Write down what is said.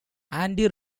andy